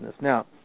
Now